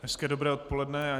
Hezké dobré odpoledne.